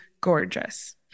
gorgeous